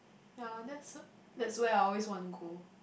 ya that's that's where I always want to go